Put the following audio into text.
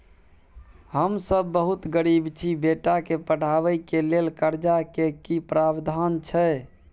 हम सब बहुत गरीब छी, बेटा के पढाबै के लेल कर्जा के की प्रावधान छै?